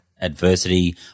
adversity